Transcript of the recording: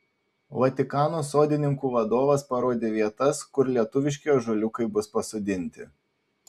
vatikano sodininkų vadovas parodė vietas kur lietuviški ąžuoliukai bus pasodinti